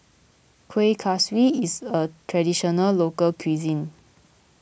Kueh Kaswi is a Traditional Local Cuisine